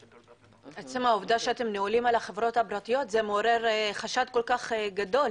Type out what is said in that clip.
עצם העובדה שאתם נעולים על החברות הפרטיות מעוררת חשד כל כך גדול.